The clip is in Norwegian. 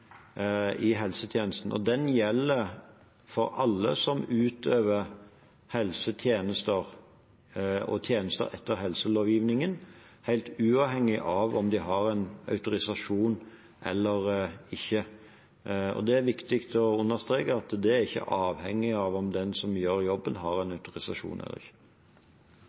helsetjenesten, og den gjelder for alle som utøver helsetjenester og tjenester etter helselovgivningen, helt uavhengig av om de har en autorisasjon eller ikke. Det er viktig å understreke at det ikke er avhengig av om den som gjør jobben, har en autorisasjon eller ikke.